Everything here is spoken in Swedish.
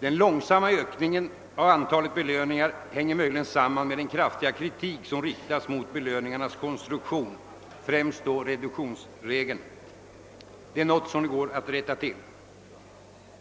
Den långsamma ökningen av antalet belöningar hänger möjligen samman med den kraftiga kritik som riktats mot belöningarnas konstruktion, främst då reduktionsregeln. Det är dock något som man kan rätta till.